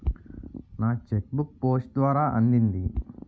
నా cheque book post ద్వారా అందింది